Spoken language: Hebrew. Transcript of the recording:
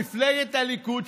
מפלגת הליכוד,